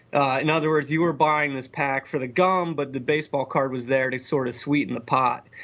ah in other words you were buying this pack for the gum but the baseball card was there to sort of sweeten the pot.